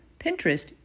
Pinterest